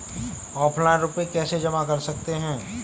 Offline रुपये कैसे जमा कर सकते हैं?